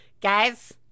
guys